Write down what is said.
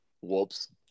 Whoops